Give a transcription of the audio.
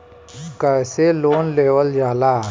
कैसे लोन लेवल जाला?